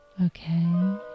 Okay